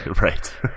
right